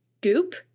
goop